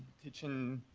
teaching